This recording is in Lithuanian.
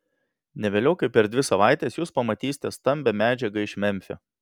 ne vėliau kaip per dvi savaites jūs pamatysite stambią medžiagą iš memfio